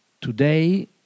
Today